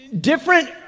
different